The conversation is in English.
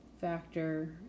factor